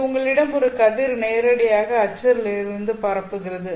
இது உங்களிடம் ஒரு கதிர் நேரடியாக அச்சில் இருந்து பரப்புகிறது